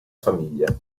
famiglia